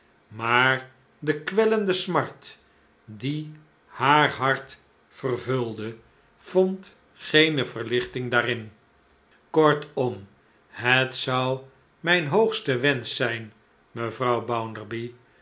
maar de kwellende smart die haar hart vervulde vond geene verlichting daarin kortom het zou mijn hoogste wensch zijn mevrouw